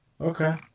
Okay